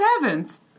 heavens